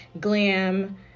glam